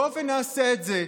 בוא נעשה את זה,